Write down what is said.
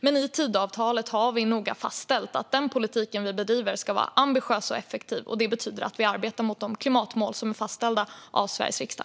Men i Tidöavtalet har vi noga fastställt att den politik vi bedriver ska vara ambitiös och effektiv. Det betyder att vi arbetar mot de klimatmål som är fastställda av Sveriges riksdag.